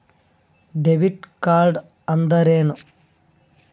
Debit ಕಾರ್ಡ್ಅಂದರೇನು?